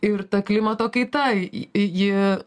ir ta klimato kaita ji